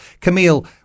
Camille